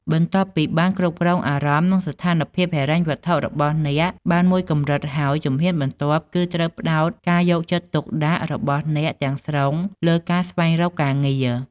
បន្ទាប់ពីបានគ្រប់គ្រងអារម្មណ៍ និងស្ថានភាពហិរញ្ញវត្ថុរបស់អ្នកបានមួយកម្រិតហើយ ជំហានបន្ទាប់គឺត្រូវផ្តោតការយកចិត្តទុកដាក់របស់អ្នកទាំងស្រុងលើការស្វែងរកការងារ។